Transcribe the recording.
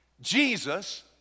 Jesus